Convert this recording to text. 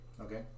Okay